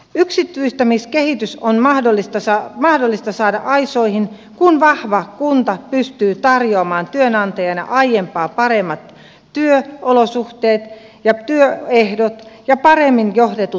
yksityistämiskehitys on mahdollista saada aisoihin kun vahva kunta pystyy tarjoamaan työnantajana aiempaa paremmat työolosuhteet ja työehdot ja paremmin johdetut työyhteisöt